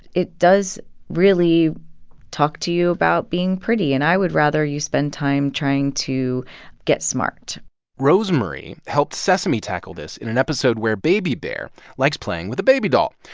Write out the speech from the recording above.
it does really talk to you about being pretty, and i would rather you spend time trying to get smart rosemarie helped sesame tackle this in an episode where baby bear likes playing with a babydoll,